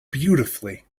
beautifully